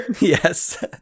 Yes